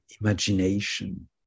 imagination